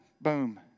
boom